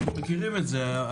אנחנו מכירים את זה,